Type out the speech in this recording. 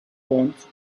want